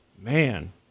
Man